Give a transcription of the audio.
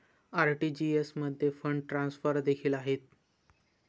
RTGS मध्ये fund transfer देखील आहेत